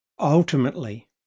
Ultimately